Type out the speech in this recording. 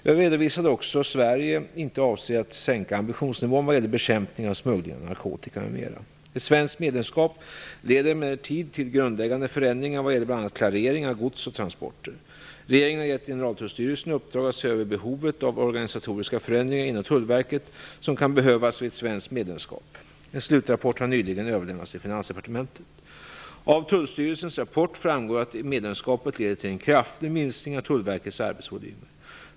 Jag redovisade också att Sverige inte avser att sänka ambitionsnivån vad gäller bekämpning av smuggling av narkotika m.m. Ett svenskt EU-medlemskap leder emellertid till grundläggande förändringar vad gäller bl.a. klarering av gods och transporter. Regeringen har gett Generaltullstyrelsen i uppdrag att se över behovet av organisatoriska förändringar inom Tullverket som kan behövas vid ett svenskt EU-medlemskap. En slutrapport har nyligen överlämnats till Finansdepartementet. medlemskapet leder till en kraftig minskning av Tullverkets arbetsvolymer.